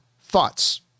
thoughts